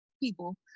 people